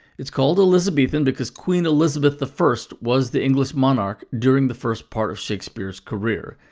it's called elizabethan because queen elizabeth the first was the english monarch during the first part of shakespeare's career.